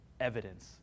evidence